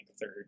third